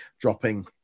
dropping